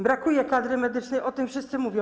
Brakuje kadry medycznej, o tym wszyscy mówią.